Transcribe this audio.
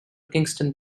kingston